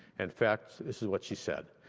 and fact, this is what she said.